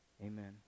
amen